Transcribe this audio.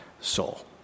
soul